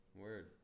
Word